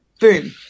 Boom